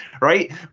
right